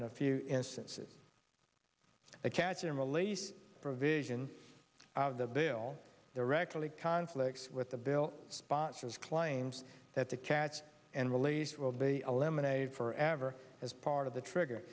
in a few instances the catch and release provision of the bill there actually conflicts with the bill sponsors claims that the catch and release will be eliminated forever as part of the trigger